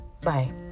bye